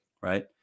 right